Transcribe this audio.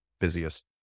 busiest